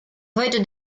heute